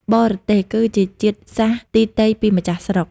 បរទេស គឺជាជាតិសាសន៍ទីទៃពីម្ចាស់ស្រុក ។